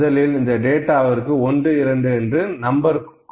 முதலில் இந்த டேட்டாவிற்கு 12 என்று நம்பர் கொடுப்போம்